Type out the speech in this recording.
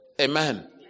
Amen